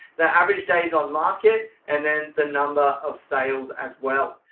the average days on market and then the number of sales as well.